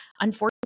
unfortunately